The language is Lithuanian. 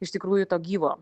iš tikrųjų to gyvo